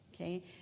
okay